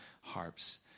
harps